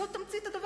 זו תמצית הדבר,